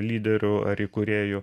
lyderiu ar įkūrėju